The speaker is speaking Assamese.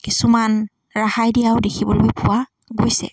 কিছুমান ৰেহাই দিয়াও দেখিবলৈ পোৱা গৈছে